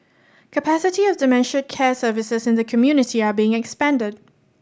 capacity of dementia care services in the community are being expanded